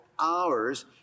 hours